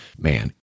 man